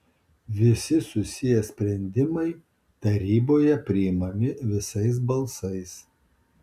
visi susiję sprendimai taryboje priimami visais balsais